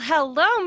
Hello